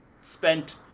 spent